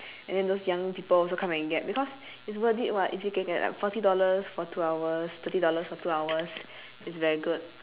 and then those young people also come and get because it's worth it [what] if you can get like forty dollars for two hours thirty dollars for two hours it's very good